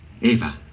Eva